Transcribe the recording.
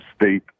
state